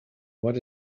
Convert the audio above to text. what